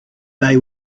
they